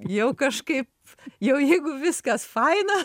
jau kažkaip jau jeigu viskas faina